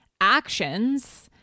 actions